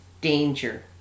danger